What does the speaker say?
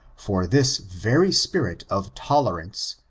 for this very spirit of tcilerance,